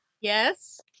Yes